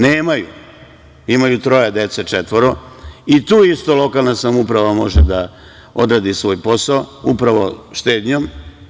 Nemaju, imaju troje dece, četvoro, i tu isto lokalna samouprava može da odradi svoj posao, upravo štednjom.